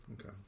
Okay